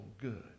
good